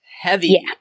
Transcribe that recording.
heavy